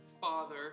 father